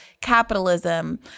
capitalism